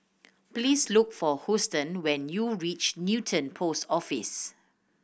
please look for Huston when you reach Newton Post Office